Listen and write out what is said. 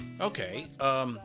Okay